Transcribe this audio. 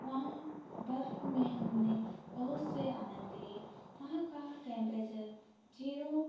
वहाँ बर्फ में हमने बहुत से आनंद लिए वहाँ का टेम्प्रेचर ज़ीरो